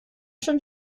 schön